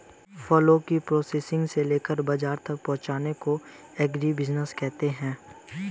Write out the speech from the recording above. फलों के प्रोसेसिंग से लेकर बाजार तक पहुंचने का काम एग्रीबिजनेस है